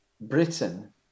britain